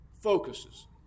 focuses